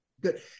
Good